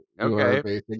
Okay